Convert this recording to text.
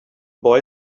boy